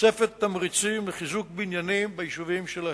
תוספת תמריצים לחיזוק בניינים ביישובים שלהן.